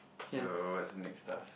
so what is the next task